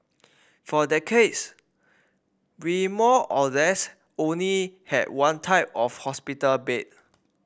for decades we more or less only had one type of hospital bed